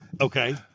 Okay